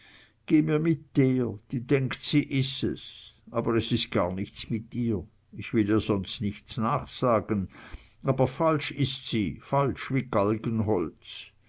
mir mit der die denkt sie is es aber es is gar nichts mit ihr ich will ihr sonst nichts nachsagen aber falsch ist sie falsch wie